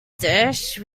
dish